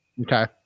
Okay